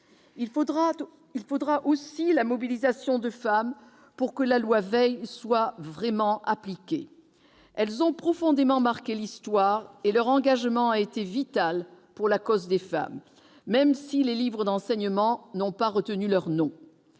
Il faudra aussi la mobilisation de femmes pour que la loi Veil soit vraiment appliquée. Celles-ci ont profondément marqué l'histoire et leur engagement a été vital pour la cause des femmes, même si les livres d'enseignement n'ont pas retenu leurs noms.